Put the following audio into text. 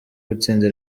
gutsinda